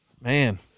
Man